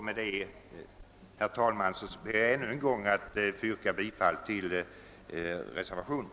Med det anförda ber jag att ännu en gång få yrka bifall till reservationen.